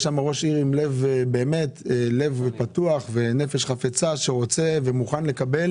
יש שם ראש עיר עם לב פתוח ונפש חפצה שרוצה ומוכן לקבל